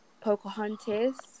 Pocahontas